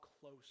close